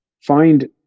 find